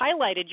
highlighted